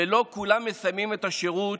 ולא כולם מסיימים את השירות,